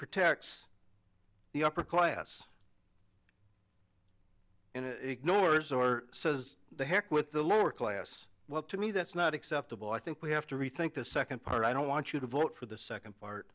protects the upper class and ignores or says the heck with the lower class well to me that's not acceptable i think we have to rethink the second part i don't want you to vote for the second part